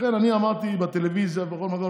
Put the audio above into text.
אני אמרתי בטלוויזיה ובכל מקום,